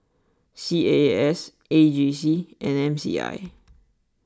C A A S A G C and M C I